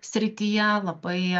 srityje labai